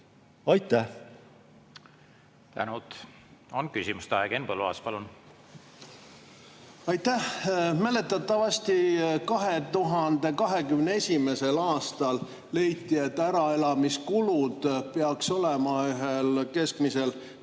palun! Tänud! On küsimuste aeg. Henn Põlluaas, palun! Aitäh! Mäletatavasti 2021. aastal leiti, et äraelamiskulud peaks olema ühel keskmisel